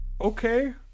Okay